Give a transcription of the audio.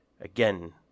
again